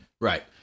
Right